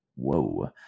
Whoa